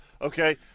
Okay